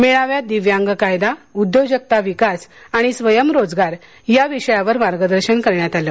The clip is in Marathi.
मेळाव्यात दिव्यांग कायदा उद्योजकता विकास आणि स्वयंरोजगार या विषयावर मार्गदर्शन करण्यात आलं